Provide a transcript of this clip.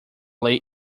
lay